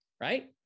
right